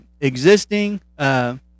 Existing